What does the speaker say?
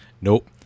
Nope